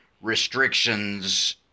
restrictions